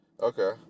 Okay